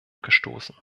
gestoßen